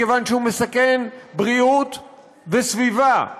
מכיוון שהוא מסכן בריאות וסביבה.